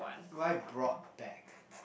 why broad back